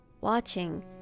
watching